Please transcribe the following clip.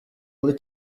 muri